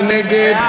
מי נגד?